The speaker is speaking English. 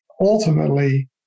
ultimately